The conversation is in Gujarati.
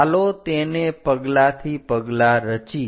ચાલો તેને પગલાંથી પગલા રચીએ